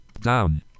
Down